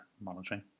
monitoring